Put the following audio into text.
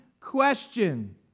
question